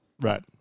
Right